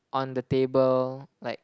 on the table like